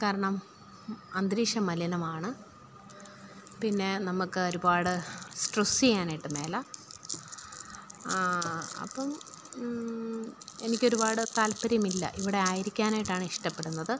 കാരണം അന്തരീക്ഷം മലിനമാണ് പിന്നെ നമുക്ക് ഒരുപാട് സ്ട്രെസ്സ് ചെയ്യാനായിട്ട് മേല അപ്പം എനിക്കൊരുപാട് താൽപ്പര്യമില്ല ഇവിടെ ആയിരിക്കാനായിട്ടാണ് ഇഷ്ടപ്പെടുന്നത്